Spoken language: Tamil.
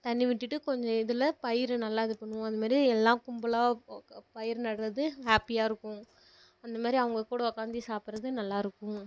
தண்ணீர் விட்டுட்டு கொஞ்சம் இதில் பயிர் நல்லா இது பண்ணுவோம் அது மாதிரி எல்லாம் கும்பலாக பயிர் நடுறது ஹாப்பியாக இருக்கும் அந்த மாதிரி அவங்ககூட உக்காந்து சாப்பிட்றது நல்லாயிருக்கும்